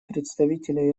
представителя